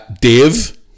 Dave